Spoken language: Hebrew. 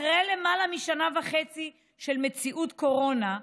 אחרי למעלה משנה וחצי של מציאות קורונה,